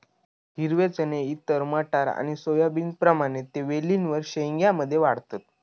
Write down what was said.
हिरवे चणे इतर मटार आणि सोयाबीनप्रमाणे ते वेलींवर शेंग्या मध्ये वाढतत